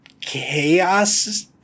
chaos